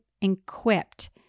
equipped